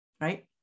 right